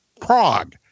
Prague